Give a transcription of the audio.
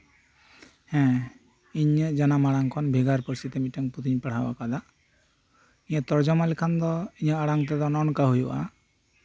ᱤᱧᱟᱹᱜ ᱡᱟᱱᱟᱢ ᱢᱟᱲᱟᱝ ᱠᱷᱚᱱ ᱵᱮᱜᱟᱨ ᱯᱟᱹᱨᱥᱤᱛᱮ ᱢᱤᱫᱴᱟᱝ ᱯᱩᱛᱷᱤᱧ ᱯᱟᱲᱦᱟᱣ ᱠᱟᱫᱟ ᱛᱚᱨᱡᱚᱢᱟ ᱞᱮᱠᱷᱟᱱ ᱫᱚ ᱤᱧᱟᱹᱜ ᱟᱲᱟᱝ ᱛᱮᱫᱚ ᱱᱚᱝᱠᱟ ᱦᱩᱭᱩᱜᱼᱟ